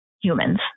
humans